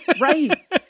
Right